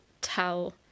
tell